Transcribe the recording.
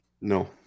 No